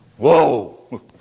Whoa